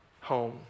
home